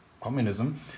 communism